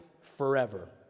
forever